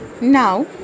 Now